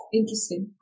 interesting